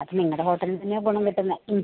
അത് നിങ്ങളുടെ ഹോട്ടലിന് തന്നെയാണ് ഗുണം കിട്ടുന്നത് മ്